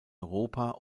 europa